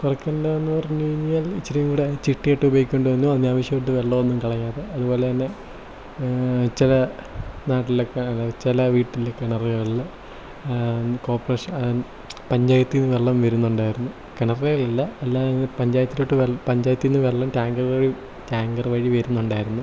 കുറയ്ക്കേണ്ടതെന്ന് പറഞ്ഞുകഴിഞ്ഞാൽ ഇച്ചിരിക്കുടെ ചിട്ട ആയിട്ട് ഉപയോഗിക്കേണ്ടി വന്നു അനാവശ്യമായിട്ട് വെള്ളമൊന്നും കളയാതെ അതുപോലെതന്നെ ചില നാട്ടിലക്കെ ചില വീട്ടിൽ കിണറുകളിൽ കോർപ്പറേഷൻ പഞ്ചായത്തിന്ന് വെള്ളം വരുന്നുണ്ടായിരുന്നു കിണറിൽ അല്ല അല്ലാതെ പഞ്ചായത്തിലോട്ട് വെള്ളം പഞ്ചായത്തിന്ന് വെള്ളം ടാങ്കുകൾ വഴി ടാങ്കർ വഴി വരുന്നുണ്ടായിരുന്നു